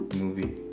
movie